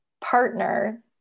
partner